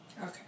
okay